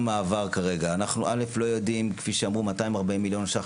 אנחנו מדברים מעבר ל-240 מיליון שקלים